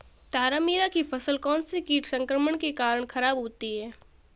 तारामीरा की फसल कौनसे कीट संक्रमण के कारण खराब होती है?